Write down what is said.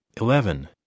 eleven